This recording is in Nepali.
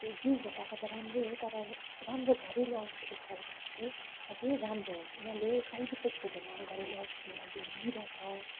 अब त्यो जिउ घटाएको त राम्रो हो तर राम्रो घरेलु औषधी खायो भने चाहिँ अझ राम्रो हो उनीहरूले साइड इफेक्ट हुँदैन घरेलु औषधीमा चाहिँ जिरा छ